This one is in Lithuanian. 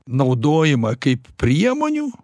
naudojimą kaip priemonių